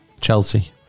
Chelsea